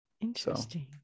Interesting